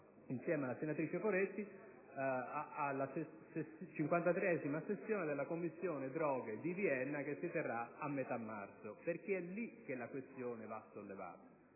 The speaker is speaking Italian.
insieme alla senatrice Poretti, con la 53a sessione della Commissione droghe di Vienna che si terrà a metà marzo. È lì che la questione va sollevata